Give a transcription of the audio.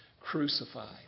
crucified